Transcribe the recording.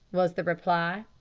was the reply.